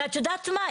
הרי את יודעת מה,